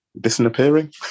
Disappearing